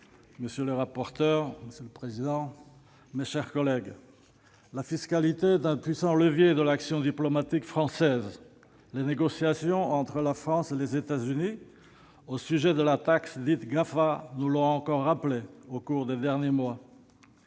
monsieur le secrétaire d'État, mes chers collègues, la fiscalité est un puissant levier de l'action diplomatique française. Les négociations entre la France et les États-Unis au sujet de la taxe dite « GAFA » nous l'ont encore rappelé au cours des derniers mois.